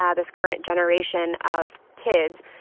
yeah this current generation of kids,